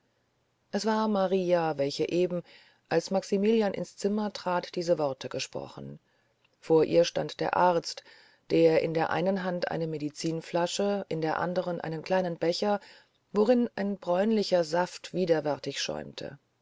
es war maria welche eben als maximilian ins zimmer trat diese worte gesprochen vor ihr stand der arzt in der einen hand eine medizinflasche in der anderen einen kleinen becher worin ein bräunlicher saft widerwärtig schäumte